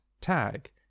tag